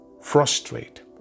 frustrate